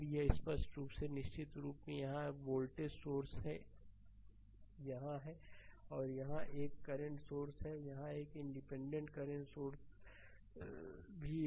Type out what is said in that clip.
यह स्पष्ट है और निश्चित रूप से यहां एक वोल्टेज सोर्स यहां है और यहां 1 करंट सोर्स है यहां एक इंडिपेंडेंट करंट सोर्स भी है